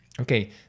Okay